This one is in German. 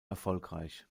erfolgreich